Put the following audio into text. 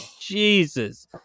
Jesus